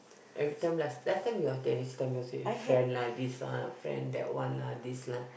every time last last time we always this time we'll say friend lah this one a friend that one lah this lah